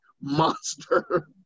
monster